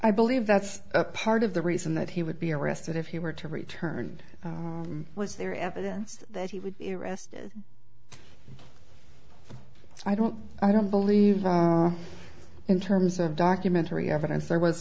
i believe that's part of the reason that he would be arrested if he were to return was there evidence that he would be arrested i don't i don't believe in terms of documentary evidence there was